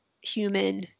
human